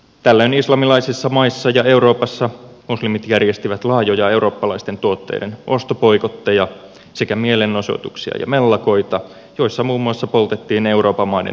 tällöin islamilaisissa maissa ja euroopassa muslimit järjestivät laajoja eurooppalaisten tuotteiden ostoboikotteja sekä mielenosoituksia ja mellakoita joissa muun muassa poltettiin euroopan maiden lippuja